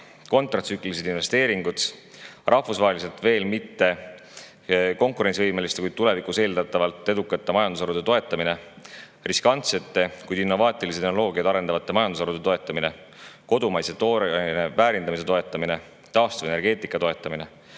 kontratsüklilised investeeringud, rahvusvaheliselt veel mitte konkurentsivõimeliste, kuid tulevikus eeldatavalt edukate majandusharude toetamine, riskantsete, kuid innovaatilisi tehnoloogiaid arendavate majandusharude toetamine, kodumaise tooraine väärindamise toetamine, taastuvenergeetika toetamine,